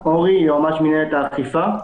אני יועמ"ש מנהלת האכיפה.